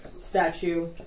statue